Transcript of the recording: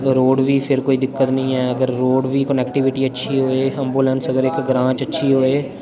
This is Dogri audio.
रोड बी फिर कोई दिक्कत निं ऐ अगर रोड दी कनेक्टिविटी अच्छी होऐ एम्बुलेंस बगैरा इक ग्रांऽ च अच्छी होऐ